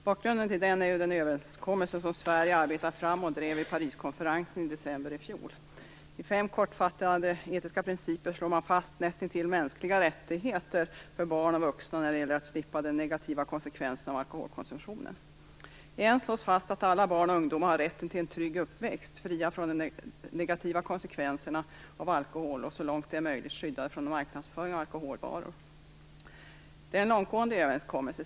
Bakgrunden till den är den överenskommelse som Sverige arbetade fram och drev vid Pariskonferensen i december i fjol. I fem kortfattade etiska principer slår man fast nästintill mänskliga rättigheter för barn och vuxna när det gäller att slippa de negativa konsekvenserna av alkoholkonsumtionen. I en av dem slås fast att alla barn och ungdomar har rätten till en trygg uppväxt fri från de negativa konsekvenserna av alkohol och så långt det är möjligt skyddade från marknadsföring av alkoholvaror. Det är en långtgående överenskommelse.